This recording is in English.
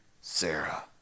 Sarah